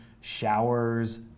showers